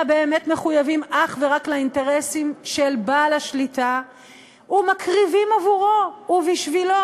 באמת מחויבים אך ורק לאינטרסים של בעל השליטה ומקריבים עבורו ובשבילו,